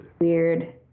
weird